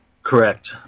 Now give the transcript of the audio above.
Correct